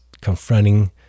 confronting